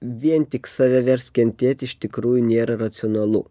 vien tik save verst kentėt iš tikrųjų nėra racionalu